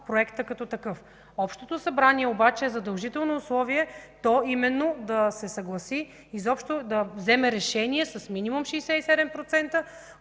проекта като такъв. Общото събрание обаче е задължително условие то именно да се съгласи изобщо да вземе решение с минимум 67%